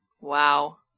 Wow